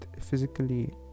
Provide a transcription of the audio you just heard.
physically